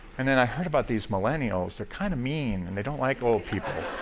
and then i heard about these millennials. they're kind of mean and they don't like old people.